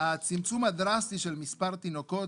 הצמצום הדרסטי של מספר התינוקות,